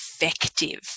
effective